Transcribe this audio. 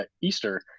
Easter